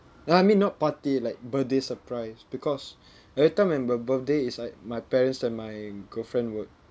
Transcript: uh I mean not party like birthday surprise because every time m~ my birthday it's like my parents and my girlfriend would